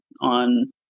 on